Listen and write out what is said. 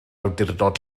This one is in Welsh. awdurdod